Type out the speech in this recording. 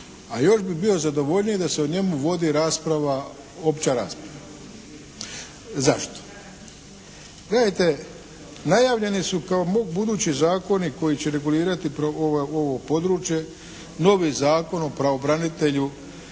a još bi bio zadovoljniji da se o njemu vodi opća rasprava. Zašto? Gledajte najavljeni su kao budući zakoni koji će regulirati ovo područje, novi zakon o pravobranitelju